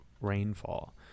rainfall